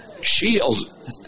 shield